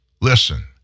Listen